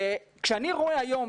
כשאני רואה היום,